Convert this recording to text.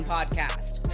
Podcast